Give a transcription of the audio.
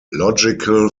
logical